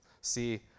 See